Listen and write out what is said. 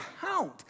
count